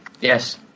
yes